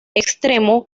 externo